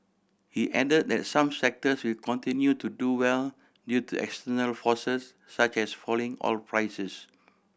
he add that some sectors will continue to do well due to external forces such as falling oil prices